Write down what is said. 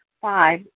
Five